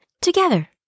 together